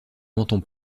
menton